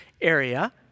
area